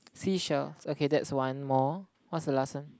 seashells okay that's one more what's the last one